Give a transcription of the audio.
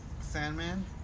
Sandman